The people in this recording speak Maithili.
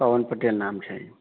पवन पटेल नाम छै